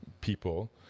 people